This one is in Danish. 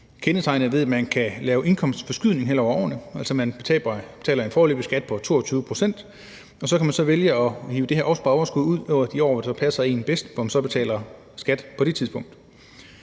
kendetegnet ved, at man kan lave indkomstforskydning hen over årene, hvor man betaler en foreløbig skat på 22 pct., og så kan man vælge at hive det her opsparede overskud ud i de år, hvor det passer en bedst, og hvor man så betaler skat på det tidspunkt.